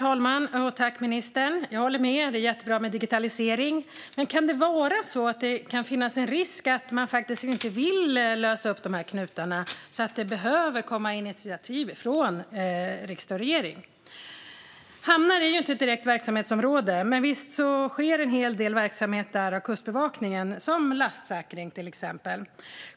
Herr talman! Jag håller med om att digitalisering är viktig. Men kan det finnas en risk att man inte vill lösa upp knutarna? Det kanske behöver komma initiativ från riksdag och regering. Hamnar är inte ett direkt verksamhetsområde, men visst har Kustbevakningen en viss verksamhet där, till exempel lastsäkring.